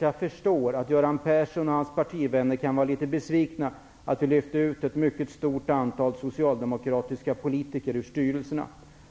Jag förstår att Göran Persson och hans partivänner kan vara litet besvikna över att vi lyft ut ett mycket stort antal socialdemokratiska politiker ur styrelserna